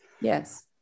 Yes